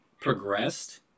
progressed